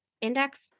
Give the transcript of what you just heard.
Index